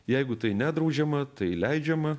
jeigu tai nedraudžiama tai leidžiama